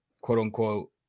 quote-unquote